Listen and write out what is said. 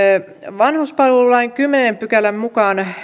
vanhuspalvelulain kymmenennen pykälän mukaan